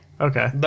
Okay